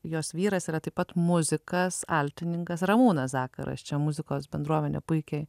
jos vyras yra taip pat muzikas altininkas ramūnas zakaras čia muzikos bendruomenė puikiai